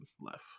left